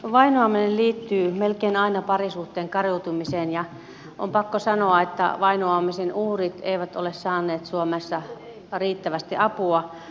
vainoaminen liittyy melkein aina parisuhteen kariutumiseen ja on pakko sanoa että vainoamisen uhrit eivät ole saaneet suomessa riittävästi apua